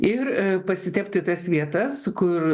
ir pasitepti tas vietas kur